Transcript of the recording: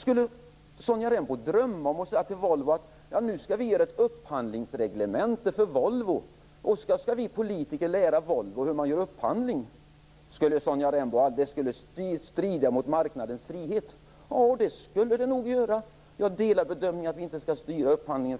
Skulle Sonja Rembo drömma om att säga till Volvo: Nu skall vi göra ett upphandlingsreglemente för Volvo, och vi politiker skall lära Volvo hur man gör upphandling. Det skulle Sonja Rembo aldrig göra. Det skulle strida mot marknadens frihet. Jag delar bedömningen att vi inte skall styra